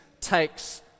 takes